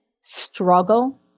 struggle